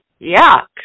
Yuck